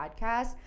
Podcast